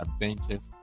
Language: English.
adventures